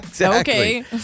Okay